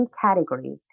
category